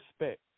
respect